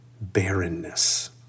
barrenness